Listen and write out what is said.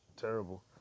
Terrible